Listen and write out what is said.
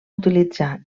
utilitzar